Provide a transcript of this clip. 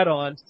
on